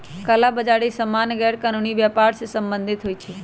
कला बजारि सामान्य गैरकानूनी व्यापर से सम्बंधित होइ छइ